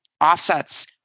offsets